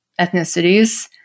ethnicities